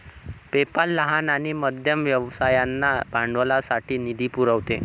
PayPal लहान आणि मध्यम व्यवसायांना भांडवलासाठी निधी पुरवते